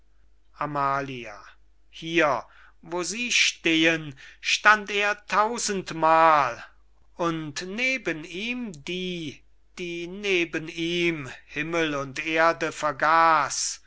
amalia hier wo sie stehen stand er tausendmal und neben ihm die die neben ihm himmel und erde vergaß